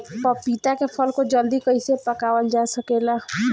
पपिता के फल को जल्दी कइसे पकावल जा सकेला?